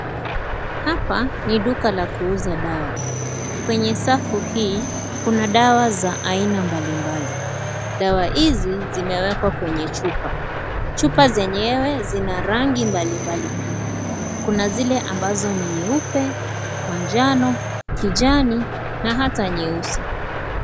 Hapa ni duka la kuuza dawa kwenye safu hizi kuna dawa za aina mbalimbali. Dawa hizi zimewekwa kwenye chupa. Chupa zenyewe zina rangi mbalimbali pia kuna zile ambazo ni nyeupe, manjano , kijani na hata nyeusi.